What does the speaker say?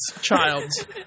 child